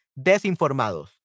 desinformados